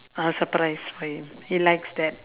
I'll surprise for him he likes that